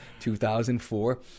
2004